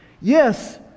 Yes